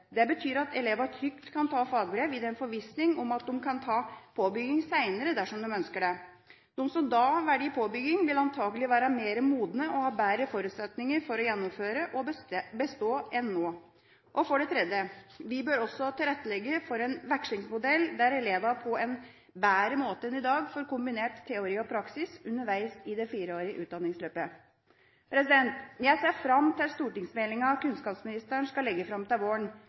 Det betyr at elevene trygt kan ta fagbrev i forvissning om at de kan ta påbygging seinere dersom de ønsker det. De som da velger påbygging, vil antakelig være mer modne og ha bedre forutsetninger for å gjennomføre og bestå enn nå. For det tredje: Vi bør også legge til rette for en vekslingsmodell der elevene på en bedre måte enn i dag får kombinert teori og praksis underveis i det fireårige utdanningsløpet. Jeg ser fram til stortingsmeldinga kunnskapsministeren skal legge fram til våren.